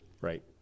Right